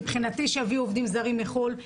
מבחינתי שיביאו עובדים זרים מחו"ל,